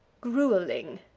grueling.